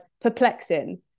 perplexing